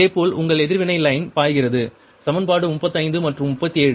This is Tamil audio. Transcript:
இதேபோல் உங்கள் எதிர்வினை லைன் பாய்கிறது சமன்பாடு 35 மற்றும் 37